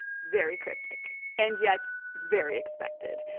very cryptic and yet very expected.